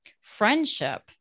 friendship